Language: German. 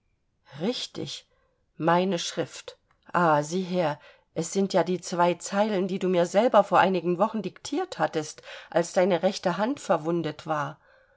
richtig meine schrift ah sieh her es sind ja die zwei zeilen die du mir selber vor einigen wochen diktiert hattest als deine rechte hand verwundet war